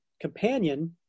companion